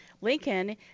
lincoln